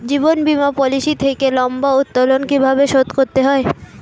জীবন বীমা পলিসি থেকে লম্বা উত্তোলন কিভাবে শোধ করতে হয়?